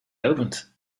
opened